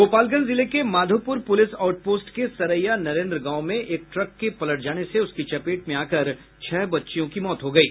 गोपालगंज जिले के Madhopur police out post के सरेया नरेंद्र गांव में एक ट्रक के पलट जाने से उसकी चपेट में आकर छह बच्चियों की मौत हो गयी